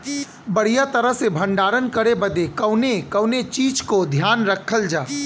बढ़ियां तरह से भण्डारण करे बदे कवने कवने चीज़ को ध्यान रखल जा?